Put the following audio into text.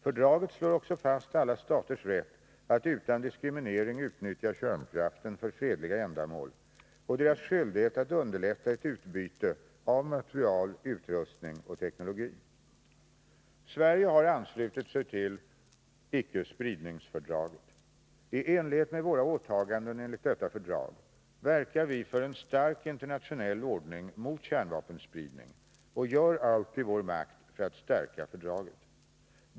Fördraget slår också fast alla staters rätt att utan diskriminering nyttja kärnkraften för fredliga ändamål och deras skyldighet att underlätta ett utbyte av material, utrustning och teknologi. Sverige har anslutit sig till icke-spridningsfördraget. I enlighet med våra åtaganden enligt detta fördrag verkar vi för en stark internationell ordning mot kärnvapenspridning och gör allt i vår makt för att stärka fördraget.